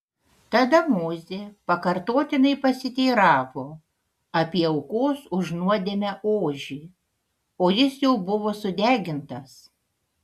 tada mozė pakartotinai pasiteiravo apie aukos už nuodėmę ožį o jis jau buvo sudegintas